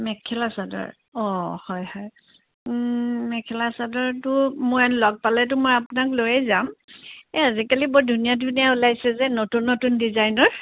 মেখেলা চাদৰ অঁ হয় হয় মেখেলা চাদৰতো মই এনেই লগ পালেতো মই আপোনাক লৈয়েই যাম এ আজিকালি বৰ ধুনীয়া ধুনীয়া ওলাইছে যে নতুন নতুন ডিজাইনৰ